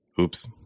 Oops